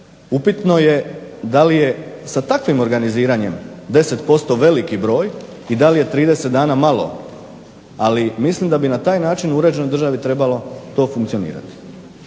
Upitno je da li je sa takvim organiziranjem 10% veliki broj i da li je 30 dana malo, ali mislim da bi na taj način u uređenoj državi trebalo to funkcionirati.